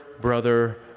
Brother